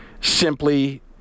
simply